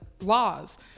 laws